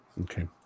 Okay